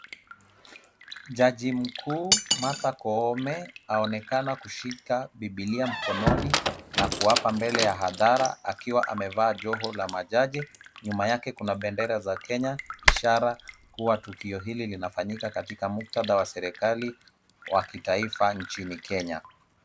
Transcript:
Jaji mkuu Martha Koome aonekana kushika Bibilia mkononi na kuapa mbele ya hadhara akiwa amevaa joho la majaji. Nyuma yake kuna bendera za Kenya, ishara kuwa tukio hili linafanyika katika muktadha wa serikali wa kitaifa nchini Kenya.